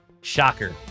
Shocker